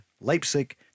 Leipzig